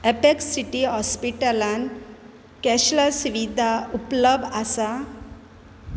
apex city हॉस्पिटलांत cashless सुविधा उपलब्ध आसा